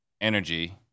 energy